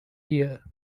year